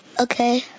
Okay